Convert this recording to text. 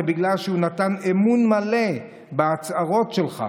זה בגלל שהוא נתן אמון מלא בהצהרות שלך.